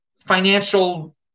financial